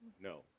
No